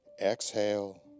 exhale